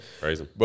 Crazy